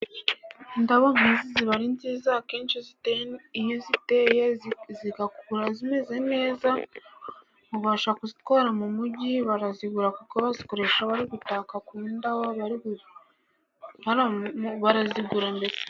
Indabo nk'izi ziba ari nziza, akenshi iyo ziteye zigakura zimeze neza, ubasha kuzitwara mu mujyi, barazigura kuko bazikoresha bari gutaka ku ndabo barazigura mbese.